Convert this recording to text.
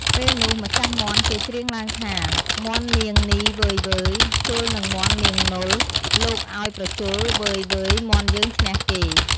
ពេលនោះ ម្ចាស់មាន់គេច្រៀងឡើងថា មាន់នាងនីវ៉ឺយៗ ជល់នឹងមាន់នាងនល់ លោកឲ្យ ប្រជល់ វ៉ឺយៗ មាន់យើងឈ្នះគេ ។